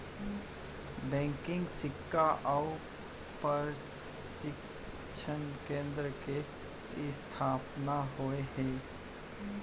banking सिक्छा अउ परसिक्छन केन्द्र के इस्थापना होय हे